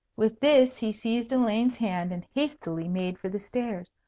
with this, he seized elaine's hand and hastily made for the stairs.